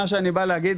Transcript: מה שאני בא להגיד,